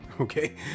okay